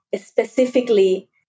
specifically